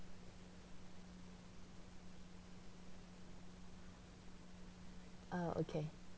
uh okay